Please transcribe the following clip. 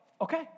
okay